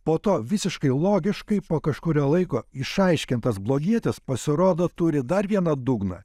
po to visiškai logiškai po kažkurio laiko išaiškintas blogietis pasirodo turi dar vieną dugną